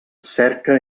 cerca